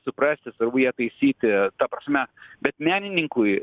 suprasti svarbu ją taisyti ta prasme bet menininkui